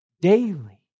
daily